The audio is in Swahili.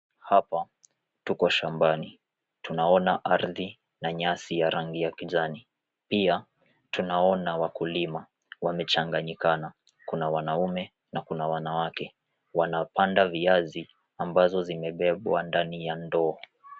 Hapa tuko shambani. Tunaona ardhi na nyasi ya rangi ya kijani. Pia tunaona wakulima wamechanganyikana. Kuna wanaume na kuna wanawake wanapanda viazi ambavyo vimebebwa ndani ya ndoo.